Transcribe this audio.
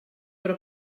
però